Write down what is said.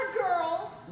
Girl